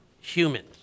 humans